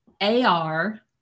AR